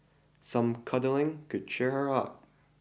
some cuddling could cheer her up